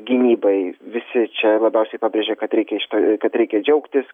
gynybai visi čia labiausiai pabrėžė kad reikia šita kad reikia džiaugtis